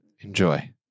Enjoy